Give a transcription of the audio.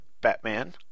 Batman